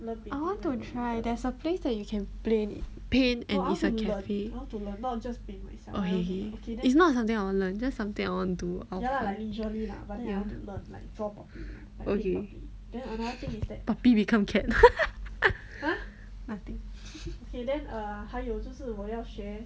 I want to try there's a place that you can plain paint and is a cafe okay okay it's not something I want to learn just something I want to do ya puppy become cat nothing